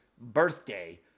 birthday